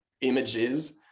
images